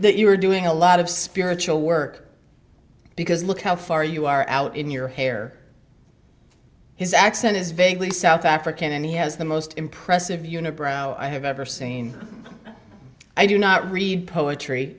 that you were doing a lot of spiritual work because look how far you are out in your hair his accent is vaguely south african and he has the most impressive unibrow i have ever seen i do not read poetry